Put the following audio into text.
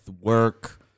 work